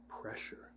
pressure